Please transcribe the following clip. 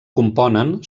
componen